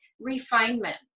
refinement